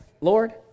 Lord